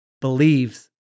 believes